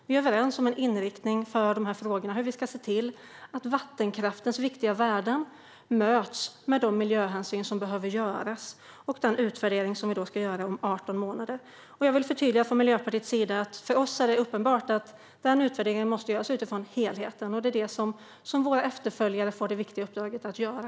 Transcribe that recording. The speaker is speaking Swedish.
Vi är överens om en inriktning för de här frågorna och om hur vi ska se till att vattenkraftens viktiga värden möts med de miljöhänsyn som behöver göras och med den utvärdering som vi ska göra om 18 månader. Jag vill förtydliga från Miljöpartiets sida att det för oss är uppenbart att denna utvärdering måste göras utifrån helheten. Det är det som våra efterföljare får det viktiga uppdraget att göra.